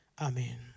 amen